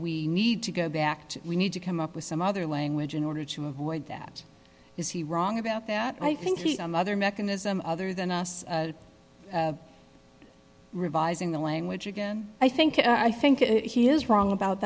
we need to go back to we need to come up with some other language in order to avoid that is he wrong about that i think he some other mechanism other than us revising the language again i think i think he is wrong about